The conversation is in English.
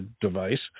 device